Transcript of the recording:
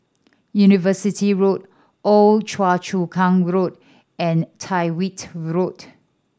University Road Old Choa Chu Kang Road and Tyrwhitt Road